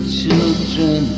children